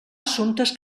assumptes